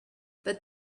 but